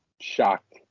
Shocked